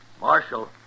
Marshal